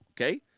okay